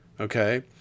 Okay